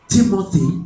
Timothy